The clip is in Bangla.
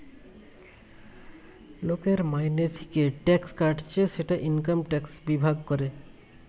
লোকের মাইনে থিকে ট্যাক্স কাটছে সেটা ইনকাম ট্যাক্স বিভাগ করে